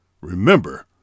Remember